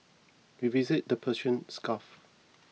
we visited the Persian Gulf